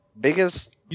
Biggest